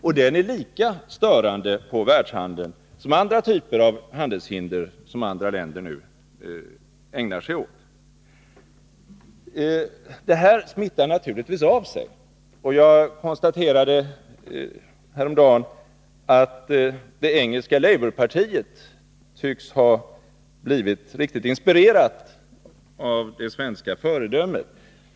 Och den är lika störande på världshandeln som andra typer av handelshinder, som andra länder nu ägnar sig åt. Detta smittar naturligtvis av sig. Jag konstaterade häromdagen att det engelska labourpartiet tycks ha blivit riktigt inspirerat av det svenska föredömet.